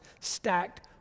stacked